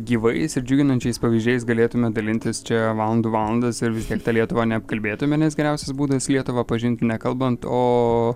gyvais ir džiuginančiais pavyzdžiais galėtume dalintis čia valandų valandas ir vis tiek tą lietuvą neapkalbėtumėme nes geriausias būdas lietuvą pažint nekalbant o